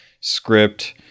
script